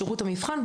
לשירות המבחן,